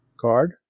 card